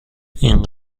این